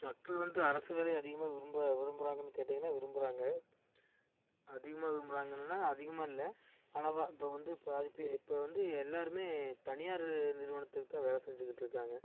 மக்கள் வந்து அரசு வேலை விரும்ப விரும்புகிறாங்கனு கேட்டிங்கனால் விரும்புகிறாங்க அதிகமாக விரும்புகிறாங்கனா அதிகமாக இல்லை அளவாக இப்போ வந்து பாதி பேர் இப்போ வந்து எல்லாேருமே தனியார் நி நிறுவனத்துக்குத்தான் வேலை செஞ்சுக்கிட்டுருக்காங்க